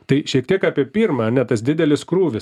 tai šiek tiek apie pirmą ane tas didelis krūvis